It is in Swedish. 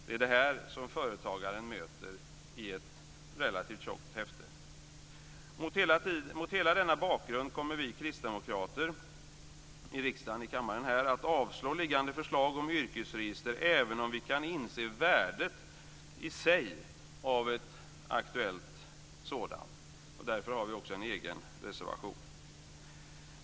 Det är det här som företagaren möter i ett relativt tjockt häfte. Mot denna bakgrund kommer vi kristdemokrater i riksdagen att avslå liggande förslag om yrkesregister även om vi kan inse värdet i sig av ett aktuellt sådant. Därför har vi också en egen reservation.